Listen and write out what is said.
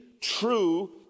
true